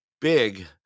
big